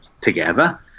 together